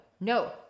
no